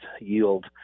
yield